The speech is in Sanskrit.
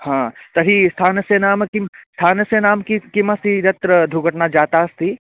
हा तर्हि स्थानस्य नाम किं स्थानस्य नाम किं किमस्ति यत्र दुर्घटना जाता अस्ति